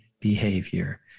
behavior